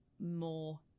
more